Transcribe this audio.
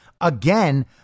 again